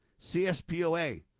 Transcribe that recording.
CSPOA